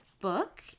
book